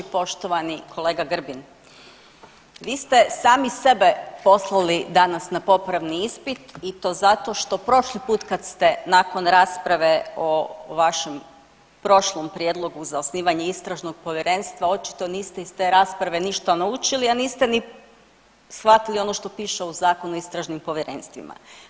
Poštovani kolega Grbin, vi ste sami sebe poslali danas na popravni ispit i to zato što prošli put kad ste nakon rasprave o vašem prošlom prijedlogu za osnivanje istražnog povjerenstva očito niste iz te rasprave ništa naučili, a niste ni shvatili ono što piše u Zakonu o istražnim povjerenstvima.